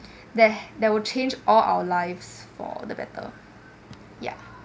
that would change all our lives for the better yeah